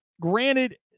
granted